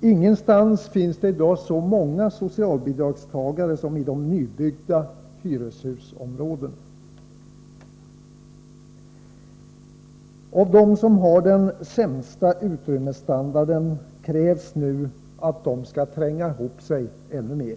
Ingenstans finns det i dag så många socialbidragstagare som i de nybyggda hyreshusområdena. Av dem som har den sämsta utrymmesstandarden krävs nu att de skall tränga ihop sig ännu mer.